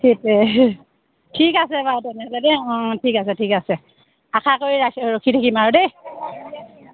ঠিকেই ঠিক আছে বাৰু তেনেহ'লে দেই অ' ঠিক আছে ঠিক আছে আশা কৰি ৰাখি ৰখি থাকিম আৰু দেই